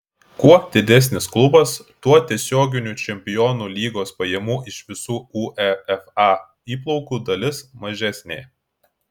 kuo didesnis klubas tuo tiesioginių čempionų lygos pajamų iš visų uefa įplaukų dalis mažesnė